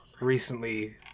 recently